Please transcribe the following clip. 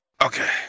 Okay